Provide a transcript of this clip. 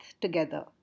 together